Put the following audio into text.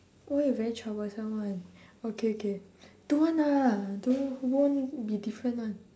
why you very troublesome [one] okay okay don't want lah don't won't be different [one]